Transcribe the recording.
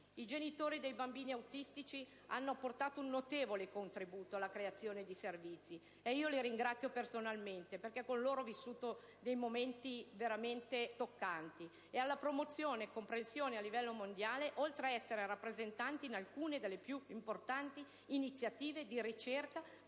I genitori dei bambini autistici hanno apportato un notevole contributo alla creazione di servizi - li ringrazio personalmente, perché ho vissuto con loro momenti davvero toccanti - e alla promozione e comprensione a livello mondiale, oltre ad essere rappresentati in alcune delle più importanti iniziative di ricerca